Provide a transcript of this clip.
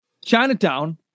Chinatown